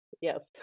yes